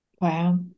Wow